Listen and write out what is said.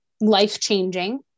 life-changing